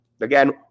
again